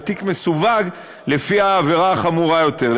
והתיק מסווג לפי העבירה החמורה יותר.